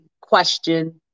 question